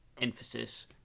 emphasis